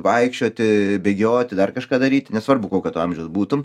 vaikščioti bėgioti dar kažką daryti nesvarbu kokio amžiaus būtum